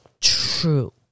true